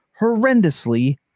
horrendously